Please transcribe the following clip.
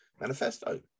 manifesto